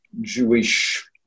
Jewish